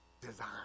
design